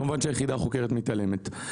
כמובן שהיחידה החוקרת מתעלמת.